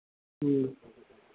ਹੂੰ